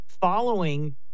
following